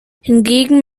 hingegen